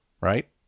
right